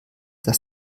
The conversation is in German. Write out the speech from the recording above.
dass